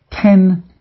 Ten